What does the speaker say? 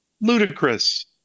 ludicrous